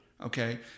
okay